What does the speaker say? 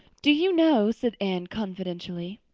do you know, said anne confidentially,